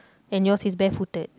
and yours is barefooted